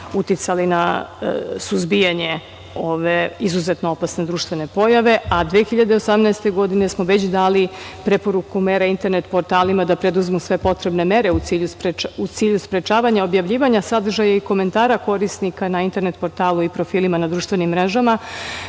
uticali na suzbijanje ove izuzetno opasne društvene pojave, a 2018. godine smo već dali preporuku mera internet portalima da preduzmu sve potrebne mere u cilju sprečavanja objavljivanja sadržaja i komentara korisnika na internet portalu i profilima na društvenim mrežama,